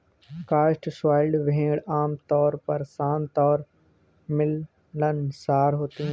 Cotswold भेड़ आमतौर पर शांत और मिलनसार होती हैं